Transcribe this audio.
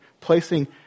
placing